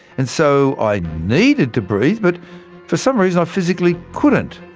and so i needed to breathe, but for some reason i physically couldn't!